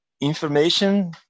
information